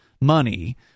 money